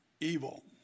evil